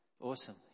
Awesome